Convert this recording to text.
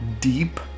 deep